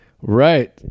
Right